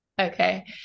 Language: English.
Okay